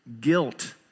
Guilt